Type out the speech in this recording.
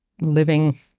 living